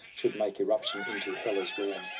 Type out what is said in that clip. should make irruption into hela's realm,